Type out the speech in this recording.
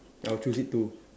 I'll choose it too